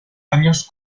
años